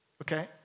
Okay